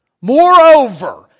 Moreover